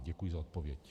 Děkuji za odpověď.